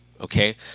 okay